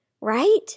Right